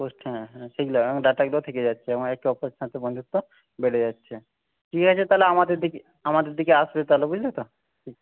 হচ্ছেনা হ্যাঁ সেগুলো এখন ডাটাগুলো থেকে যাচ্ছে আমাদের অপরের সাথে বন্ধুত্ব বেড়ে যাচ্ছে ঠিক আছে তাহলে আমাদের দিকে আমাদের দিকে আসবে তাহলে বুঝলে তো